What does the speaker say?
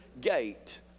Gate